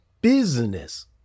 business